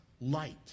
light